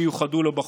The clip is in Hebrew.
שיוחדה לו בחוק.